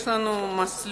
יש לנו מסלול,